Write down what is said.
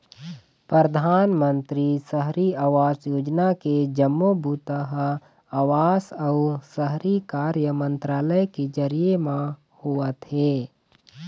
परधानमंतरी सहरी आवास योजना के जम्मो बूता ह आवास अउ शहरी कार्य मंतरालय के जरिए म होवत हे